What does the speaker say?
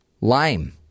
lime